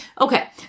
Okay